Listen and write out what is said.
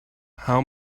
how